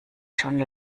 schon